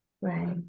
right